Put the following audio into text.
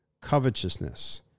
covetousness